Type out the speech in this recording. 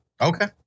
okay